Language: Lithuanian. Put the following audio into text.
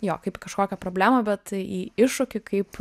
jo kaip į kažkokią problemą bet į iššūkį kaip